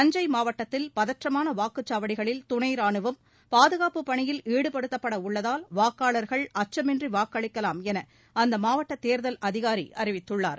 தஞ்சை மாவட்டத்தில் பதற்றமான வாக்குச்சாவடிகளில் துணை ராணுவம் பாதுகாப்புப் பணியில் ஈடுபடுத்தப்பட உள்ளதால் வாக்காளர்கள் அச்சமின்றி வாக்களிக்கலாம் என அம்மாவட்ட தேர்தல் அதிகாரி அறிவித்துள்ளார்